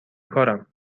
کارم